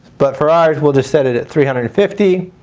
but for ours we'll just set it at three hundred and fifty.